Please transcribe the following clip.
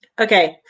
Okay